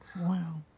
wow